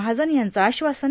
महाजन यांचं आश्वासन